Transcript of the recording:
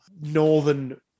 Northern